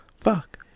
Fuck